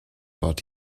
but